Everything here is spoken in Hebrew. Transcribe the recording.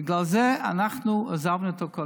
ובגלל זה אנחנו עזבנו את הקואליציה.